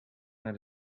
naar